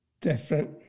different